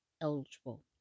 eligible